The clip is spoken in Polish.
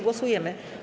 Głosujemy.